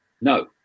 No